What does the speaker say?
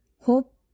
Hope